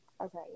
Okay